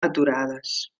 aturades